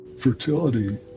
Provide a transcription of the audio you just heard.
fertility